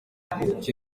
iki